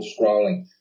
scrolling